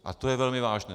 A to je velmi vážné.